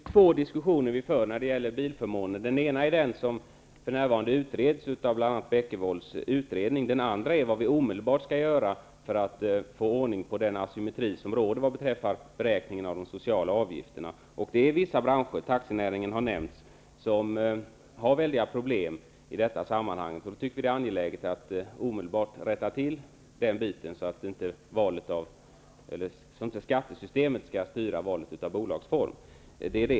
Herr talman! Det är två diskussioner som vi för när det gäller bilförmåner. Den ena rör det som tas upp i bl.a. Bækkevolds utredning. Den andra rör det som vi omedelbart skall göra för att få ordning på den asymmetri som råder vad beträffar beräkningen av de sociala avgifterna. Vissa branscher, taxinäringen har nämnts, har väldiga problem i detta sammanhang. Vi tycker att det är angeläget att detta omedelbart rättas till, så att inte skattesystemet styr valet av bolagsform.